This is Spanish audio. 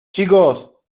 chicos